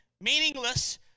meaningless